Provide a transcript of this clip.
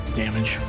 damage